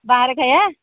ବାହାରେ ଖାଇବା